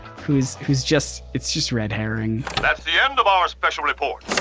who's who's just, it's just red herring. that's the end of our special report.